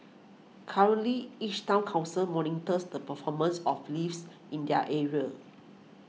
currently each Town Council monitors the performance of leaves in their area